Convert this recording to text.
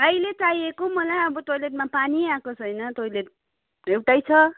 अहिले चाहिएको मलाई अब टोइलेटमा पानी आएको छैन टोइलेट एउटै छ